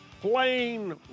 plain